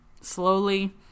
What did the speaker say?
slowly